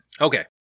Okay